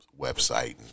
website